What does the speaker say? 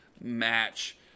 match